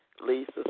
Lisa